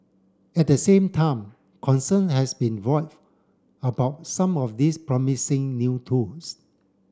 at the same time concern has been about some of these promising new tools